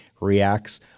reacts